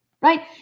Right